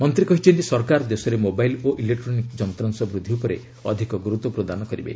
ମନ୍ତ୍ରୀ କହିଛନ୍ତି ସରକାର ଦେଶରେ ମୋବାଇଲ୍ ଓ ଇଲେକ୍ଟ୍ରୋନିକ୍ସ ଯନ୍ତ୍ରାଂଶ ବୃଦ୍ଧି ଉପରେ ଅଧିକ ଗୁରୁତ୍ୱ ପ୍ରଦାନ କରିବେ